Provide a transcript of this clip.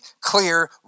clear